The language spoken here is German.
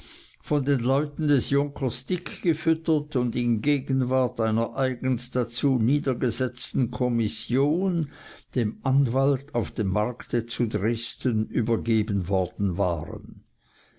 von den leuten des junkers dickgefüttert und in gegenwart einer eigens dazu niedergesetzten kommission dem anwalt auf dem markt zu dresden übergeben worden waren